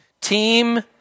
Team